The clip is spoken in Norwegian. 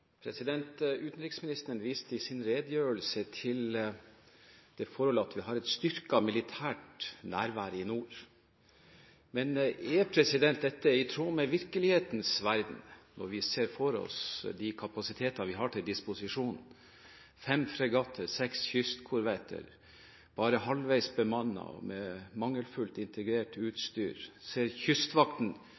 Utenriksministeren viste i sin redegjørelse til det forhold at vi har et styrket militært nærvær i nord. Men er dette i tråd med virkelighetens verden, når vi ser på den kapasiteten vi har til disposisjon: fem fregatter, seks kystkorvetter, bare halvveis bemannet og med mangelfullt integrert utstyr – vi ser at Kystvakten